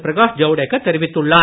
பிரகாஷ் ஜவ்டேக்கர் தெரிவித்துள்ளார்